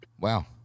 wow